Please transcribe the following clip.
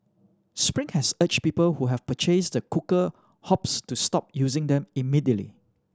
spring has urged people who have purchased the cooker hobs to stop using them immediately